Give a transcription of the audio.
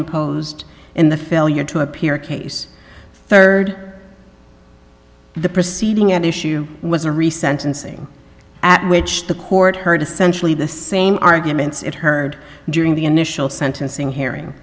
imposed in the failure to appear case third the proceeding at issue was a recent and sing at which the court heard essentially the same arguments it heard during the initial sentencing hearing